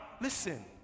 listen